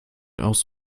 aus